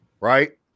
right